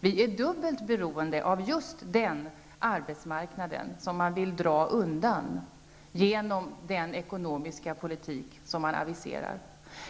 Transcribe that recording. Vi är dubbelt beroende av just den arbetsmarknad som man vill dra undan genom den ekonomiska politik som regeringen aviserar.